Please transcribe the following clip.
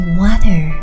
water